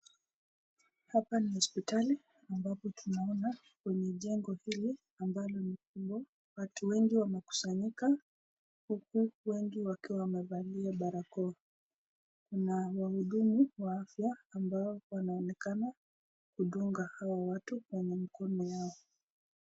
Hapa ni hospitali ambapo tunaona kwenye jengo hili ambalo ni kubwa watu wengi wamekusanyika huku wengi wakiwa wamevalia barakoa na wahudumu wa afya ambao wanaonekana kudunga hao watu kwenye mikono yao.